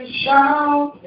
shout